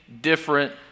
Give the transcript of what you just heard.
different